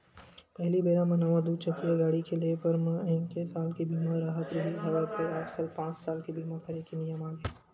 पहिली बेरा म नवा दू चकिया गाड़ी के ले बर म एके साल के बीमा राहत रिहिस हवय फेर आजकल पाँच साल के बीमा करे के नियम आगे हे